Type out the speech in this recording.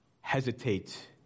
hesitate